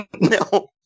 No